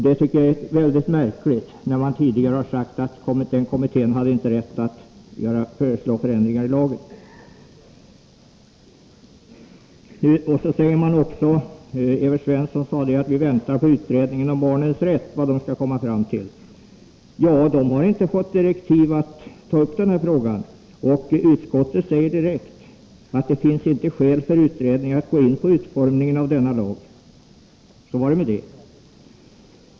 Det tycker jag är mycket märkligt, när man tidigare sagt att den kommittén inte hade rätt att föreslå förändringar i lagen. Evert Svensson sade att man väntar på vad utredningen om barnens rätt skall komma fram till. Men den utredningen har inte fått direktiv att ta upp den här frågan. Utskottet säger direkt att det inte finns skäl för utredningen att gå in på utformningen av abortlagen. Så var det med det.